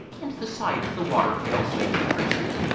and the sight of the water-pails made him thirsty,